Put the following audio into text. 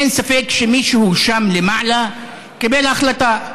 אין ספק שמישהו שם למעלה קיבל החלטה,